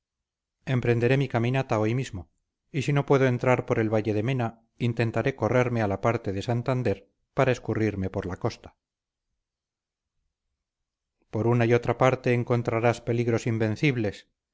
segundo emprenderé mi caminata hoy mismo y si no puedo entrar por el valle de mena intentaré correrme a la parte de santander para escurrirme por la costa por una y otra parte encontrarás peligros invencibles